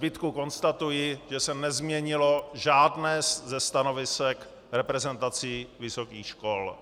Ve zbytku konstatuji, že se nezměnilo žádné ze stanovisek reprezentací vysokých škol.